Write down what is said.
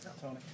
Tony